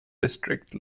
district